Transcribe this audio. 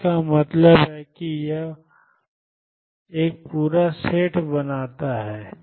तो इसका मतलब है कि यह एक पूरा सेट बनाता है